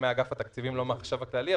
מאגף התקציבים, לא מהחשב הכללי.